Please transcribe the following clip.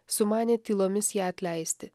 sumanė tylomis ją atleisti